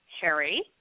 Harry